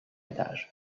étage